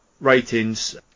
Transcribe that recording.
ratings